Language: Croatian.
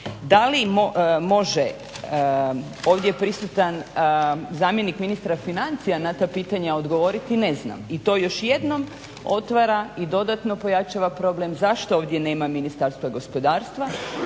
Da li može ovdje prisutan zamjenik ministra financija na ta pitanja odgovoriti? Ne znam. I to još jednom otvara i dodatno pojačava problem zašto ovdje nema Ministarstva gospodarstva